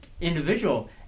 individual